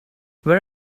where